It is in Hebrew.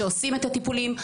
שעושים את הטיפולים,